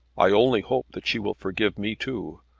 i only hope that she will forgive me too.